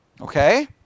Okay